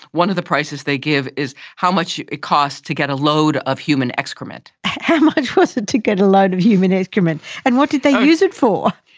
one of the prices they give is how much it costs to get a load of human excrement. how much was it to get a load of human excrement? and what did they use it for?